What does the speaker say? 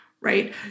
right